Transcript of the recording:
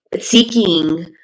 seeking